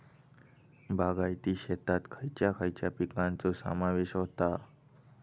बागायती शेतात खयच्या खयच्या पिकांचो समावेश होता?